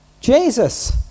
Jesus